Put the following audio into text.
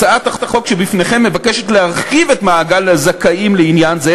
הצעת החוק שבפניכם מבקשת להרחיב את מעגל הזכאים לעניין זה